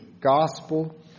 Gospel